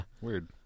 Weird